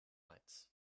lights